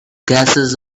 gases